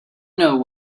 know